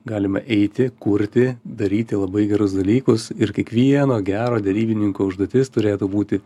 galima eiti kurti daryti labai gerus dalykus ir kiekvieno gero derybininko užduotis turėtų būti